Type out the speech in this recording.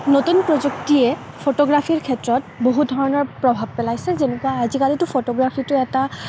নতুন প্ৰযুক্তিয়ে ফটোগ্ৰাফীৰ ক্ষেত্ৰত বহু ধৰণৰ প্ৰভাৱ পেলাইছে যেনেকৈ আজিকালিতো ফটোগ্ৰাফীটো এটা